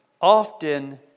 often